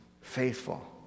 faithful